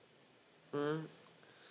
mm